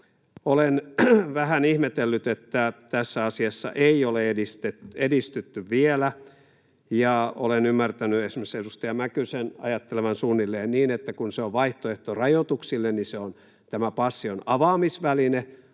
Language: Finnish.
Olen vähän ihmetellyt, että tässä asiassa ei ole vielä edistytty, ja olen ymmärtänyt esimerkiksi edustaja Mäkysen ajattelevan suunnilleen niin, että kun se on vaihtoehto rajoituksille, niin tämä passi on avaamisväline,